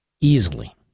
Easily